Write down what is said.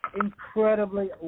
incredibly